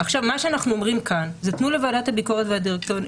מה שאנחנו אומרים כאן זה תנו לוועדת הביקורת והדירקטוריון,